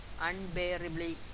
unbearably